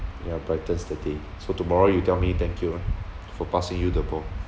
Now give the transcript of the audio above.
yeah brightens the day so tomorrow you tell me thank you ah for passing you the ball